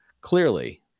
clearly